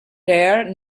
rare